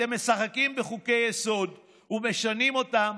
אתם משחקים בחוקי-יסוד ומשנים אותם